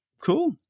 cool